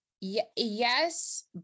Yes